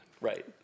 Right